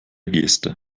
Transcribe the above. geste